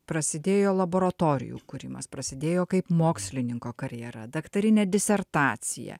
prasidėjo laboratorijų kūrimas prasidėjo kaip mokslininko karjera daktarinė disertacija